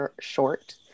short